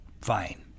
fine